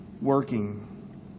working